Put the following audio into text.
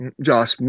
Josh